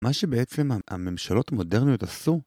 מה שבעצם הממשלות מודרניות עשו